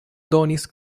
donis